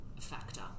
factor